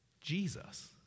Jesus